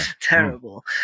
terrible